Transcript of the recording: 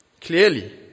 Clearly